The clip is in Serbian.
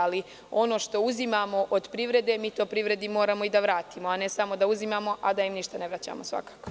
Ali, ono što uzimamo od privrede, mi to privredi moramo i da vratimo, a ne samo da uzimamo, a da im ništa ne vraćamo, svakako.